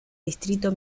distrito